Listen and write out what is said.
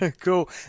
Cool